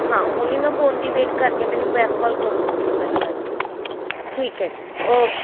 ਹਾਂ ਹੁਣੀ ਮੈਂ ਫੋਨ ਦੀ ਵੇਟ ਕਰਦੀ ਆ ਮੈਨੂੰ ਬੈਕ ਕਾਲ ਕਰੋ ਤੁਸੀਂ ਗੱਲ ਕਰਕੇ ਠੀਕ ਹੈ ਜੀ ਓਕੇ